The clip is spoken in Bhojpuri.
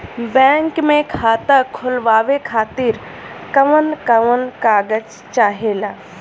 बैंक मे खाता खोलवावे खातिर कवन कवन कागज चाहेला?